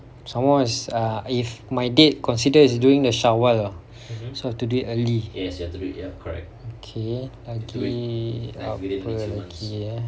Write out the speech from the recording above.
some more is if my date considered is during the syawal [tau] so have to do it early okay okay lagi apa lagi eh